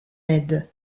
aide